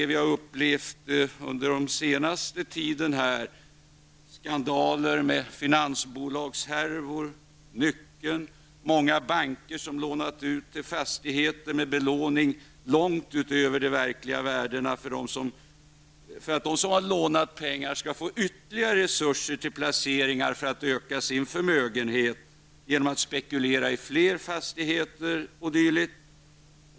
Vi har under den senaste tiden upplevt skandaler med finansbolagshärvor som t.ex. Nyckeln. Många banker har lånat ut till fastigheter med en belåning långt utöver de verkliga värdena. Detta för att de som lånat pengar skall få ytterligare resurser till placeringar för att öka sin förmögenhet genom att spekulera i fler fastigheter o.dyl.